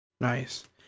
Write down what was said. Nice